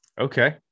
Okay